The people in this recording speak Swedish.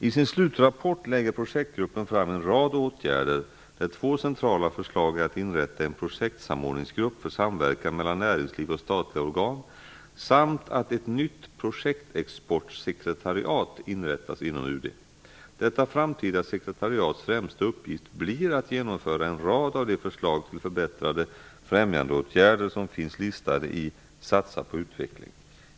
I sin slutrapport lägger projektgruppen fram en rad åtgärder, där två centrala förslag är att inrätta en projektsamrådsgrupp för samverkan mellan näringsliv och statliga organ samt att ett nytt projektexportsekretariat inrättas inom UD. Detta framtida sekretariats främsta uppgift blir att genomföra en rad av de förslag till förbättrade främjandeåtgärder som finns listade i Satsa på utveckling.